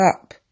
up